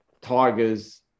Tigers